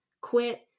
Quit